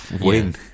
Win